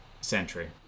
century